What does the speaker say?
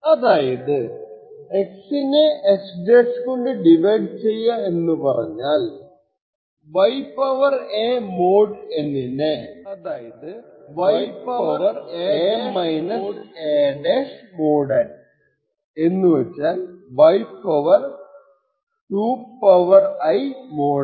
അതായത് x നെ x കൊണ്ട് ഡിവൈഡ് ചെയ്യാന്നുപറഞ്ഞാൽ y a mod n നെ y a mod n കൊണ്ട് അതായത് y a - a mod n എന്നുവച്ചാൽ y 2 I mod n